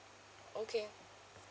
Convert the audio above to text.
okay